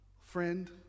Friend